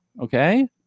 okay